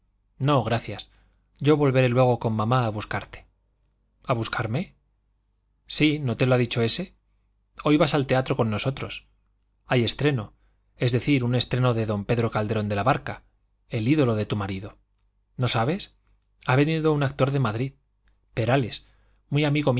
no gracias yo volveré luego con mamá a buscarte a buscarme sí no te lo ha dicho ese hoy vas al teatro con nosotros hay estreno es decir un estreno de don pedro calderón de la barca el ídolo de tu marido no sabes ha venido un actor de madrid perales muy amigo